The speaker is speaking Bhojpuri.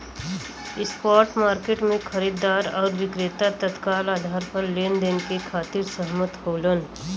स्पॉट मार्केट में खरीदार आउर विक्रेता तत्काल आधार पर लेनदेन के खातिर सहमत होलन